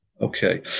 Okay